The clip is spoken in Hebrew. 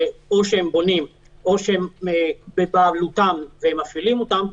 שאו שהם בונים או שהם בבעלותם והם מפעילים אותם,